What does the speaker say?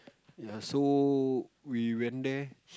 ya so we went there